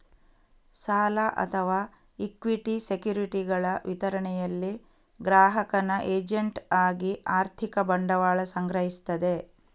ಸಾಲ ಅಥವಾ ಇಕ್ವಿಟಿ ಸೆಕ್ಯುರಿಟಿಗಳ ವಿತರಣೆಯಲ್ಲಿ ಗ್ರಾಹಕನ ಏಜೆಂಟ್ ಆಗಿ ಆರ್ಥಿಕ ಬಂಡವಾಳ ಸಂಗ್ರಹಿಸ್ತದೆ